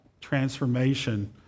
transformation